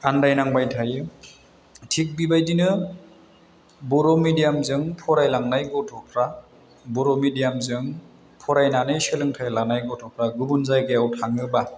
आन्दायनांबाय थायो थिग बेबायदिनो बर' मेडियामजों फरायलांनाय गथ'फ्रा बर' मेडियामजों फरायनानै सोलोंथाइ लानाय गथ'फ्रा गुबुन जायगायाव थाङोबा